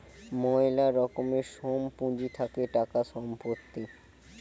ময়লা রকমের সোম পুঁজি থাকে টাকা, সম্পত্তি